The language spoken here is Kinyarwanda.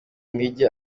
intege